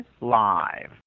live